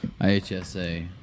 IHSA